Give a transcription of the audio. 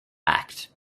act